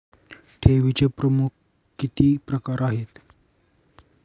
ठेवीचे प्रमुख किती प्रकार आहेत?